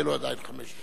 יהיו חמש דקות.